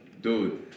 dude